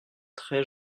très